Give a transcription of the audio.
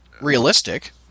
realistic